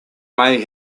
may